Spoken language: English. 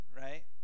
right